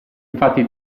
infatti